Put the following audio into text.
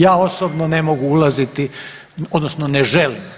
Ja osobno ne mogu ulaziti, odnosno ne želim.